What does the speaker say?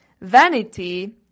Vanity